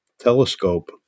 telescope